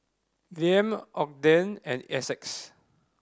Liam Ogden and Essex